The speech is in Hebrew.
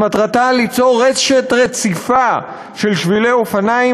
שמטרתה ליצור רשת רציפה של שבילי אופניים,